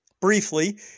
Briefly